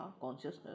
consciousness